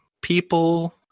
people